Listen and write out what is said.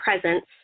presence